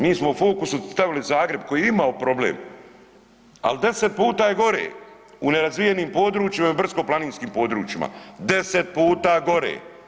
Mi smo u fokus stavili Zagreb koji je imao problem, ali deset puta je gore u nerazvijenim područjima i brdsko-planinskim područjima, deset puta gore.